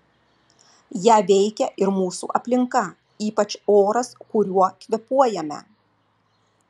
ją veikia ir mūsų aplinka ypač oras kuriuo kvėpuojame